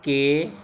K